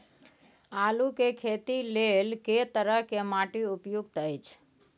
आलू के खेती लेल के तरह के माटी उपयुक्त अछि?